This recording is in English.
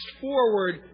forward